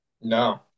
No